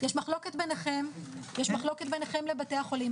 יש מחלוקת ביניכם, יש מחלוקת ביניכם לבתי החולים.